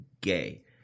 gay